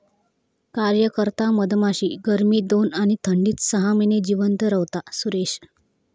कार्यकर्ता मधमाशी गर्मीत दोन आणि थंडीत सहा महिने जिवंत रव्हता, सुरेश